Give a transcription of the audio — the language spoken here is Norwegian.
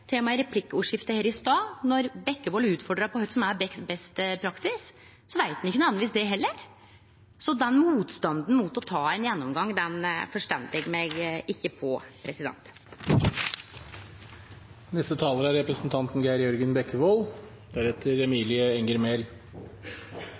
i replikkordskiftet her i stad. Når Bekkevold utfordra på kva som er beste praksis, veit ein ikkje nødvendigvis det heller, og den motstanden mot å ta ein gjennomgang forstår eg meg ikkje på.